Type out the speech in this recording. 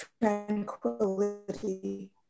tranquility